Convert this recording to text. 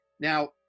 Now